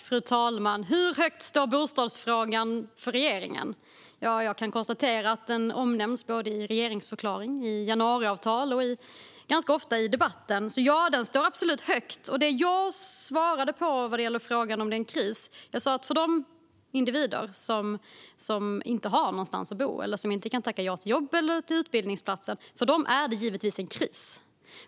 Fru talman! Hur högt står bostadsfrågan för regeringen? Jag kan konstatera att den omnämns både i regeringsförklaringen och i januariavtalet och ganska ofta i debatten, så den står absolut högt. Det jag svarade på frågan om det är kris var att för de individer som inte har någonstans att bo, som inte kan tacka ja till jobb eller utbildningsplatser, är det givetvis en kris.